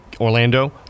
Orlando